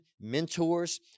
mentors